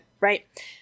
Right